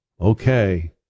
Okay